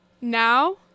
Now